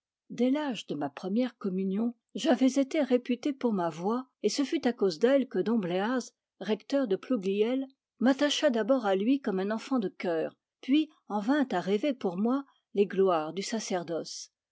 dès l'âge de ma première communion j'avais été réputé pour ma voix et ce fut à cause d'elle que dom bléaz recteur de plouguiel m'attacha d'abord à lui comme un enfant de chœur puis en vint à rêver pour moi les gloires du sacerdoce